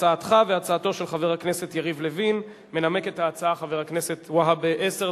הצעת חוק העובדים הסוציאליים (תיקון, עדות